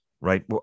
right